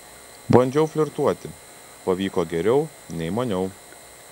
bandžiau flirtuoti pavyko geriau nei maniau